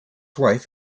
wife